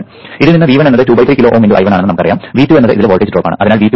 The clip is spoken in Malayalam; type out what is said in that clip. ഇതിൽ നിന്ന് V1 എന്നത് 2 3 കിലോ Ω × I1 ആണെന്നും നമുക്കറിയാം V2 എന്നത് ഇതിലെ വോൾട്ടേജ് ഡ്രോപ്പാണ്